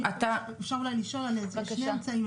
אפשר אולי לשאול, יש שני אמצעים.